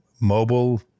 mobile